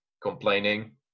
complaining